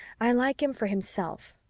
i like him for himself.